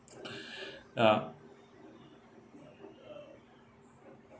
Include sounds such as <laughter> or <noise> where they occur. <breath> ya